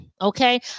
okay